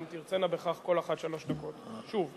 אם תרצינה בכך, שלוש דקות כל אחת.